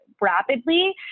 rapidly